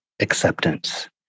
acceptance